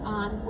on